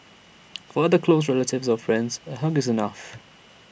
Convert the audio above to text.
for other close relatives or friends A hug is enough